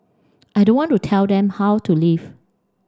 I don't want to tell them how to live